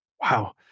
wow